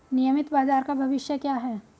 नियमित बाजार का भविष्य क्या है?